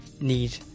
need